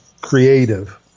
creative